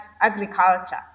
agriculture